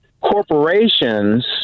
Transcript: corporations